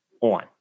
ON